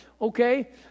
okay